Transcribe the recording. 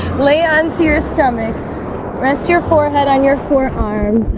lay onto your stomach rest your forehead on your forearms